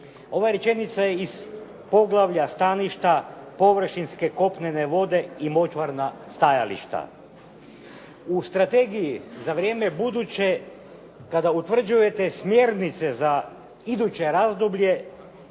Ova rečenica je iz poglavlja: Staništa, površinske kopnene vode i močvarna stajališta. U strategiji za vrijeme buduće kada utvrđujete smjernice za iduće razdoblje